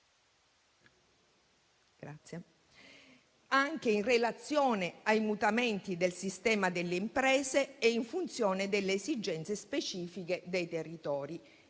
formativa, anche in relazione ai mutamenti del sistema delle imprese e in funzione delle esigenze specifiche dei territori.